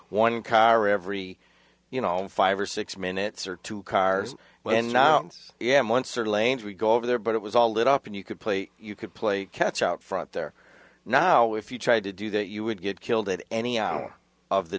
one car every you know five or six minutes or two cars when now it's yeah months or lanes we go over there but it was all lit up and you could play you could play catch out front there now if you tried to do that you would get killed at any hour of the